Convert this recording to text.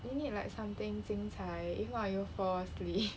you need like something 精彩 if not you will fall asleep